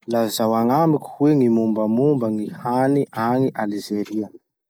Lazao agnamiko hoe gny mombamomba gny hany agny Alzeria?